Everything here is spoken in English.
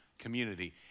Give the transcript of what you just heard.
community